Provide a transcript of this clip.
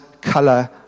color